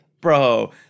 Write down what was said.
bro